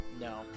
No